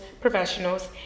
professionals